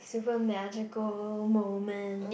simple magical moment